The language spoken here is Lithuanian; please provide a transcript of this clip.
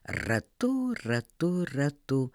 ratu ratu ratu